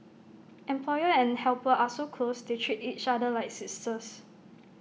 employer and helper are so close they treat each other like sisters